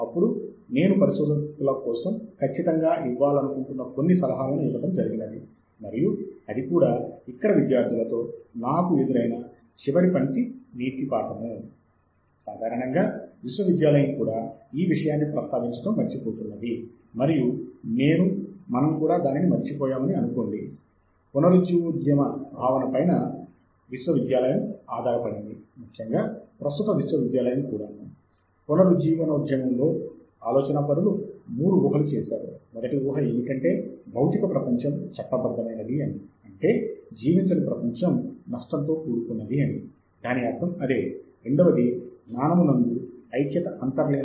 అటు పిమ్మట చివరి ఇరవై నిమిషాల్లో మీరు సంగ్రహించిన సాహిత్య సమాచారాన్ని మీరు వ్రాయాలి అని అనుకుంటున్న పరిశోధనా పత్రంలో ఎలా ఉపయోగించవచ్చో చెపుతాను